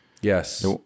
Yes